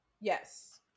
Yes